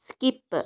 skip